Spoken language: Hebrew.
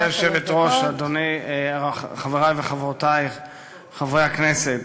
גברתי היושבת-ראש, חברי וחברותי חברי הכנסת,